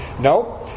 No